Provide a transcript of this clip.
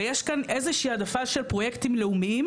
ויש כאן איזה שהיא העדפה של פרויקטים לאומיים